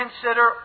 consider